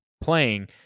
playing